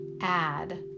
add